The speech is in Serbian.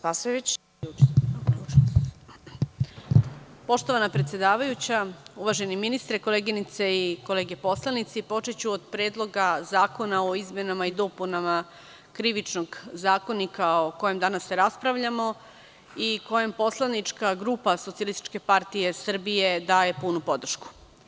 Poštovana predsedavajuća, uvaženi ministre, koleginice i kolege poslanici, počeću od Predloga zakona o izmenama i dopunama Krivičnog zakonika, o kojem danas raspravljamo i kojem poslanička grupa SPS daje punu podršku.